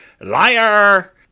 liar